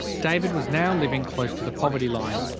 david was now living close to the poverty line.